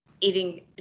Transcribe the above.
eating